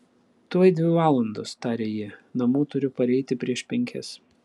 tuoj dvi valandos tarė ji namo turiu pareiti prieš penkias